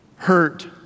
hurt